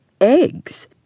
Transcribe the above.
eggs